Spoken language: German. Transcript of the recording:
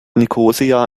nikosia